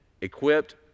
equipped